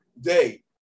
day